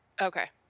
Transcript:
Okay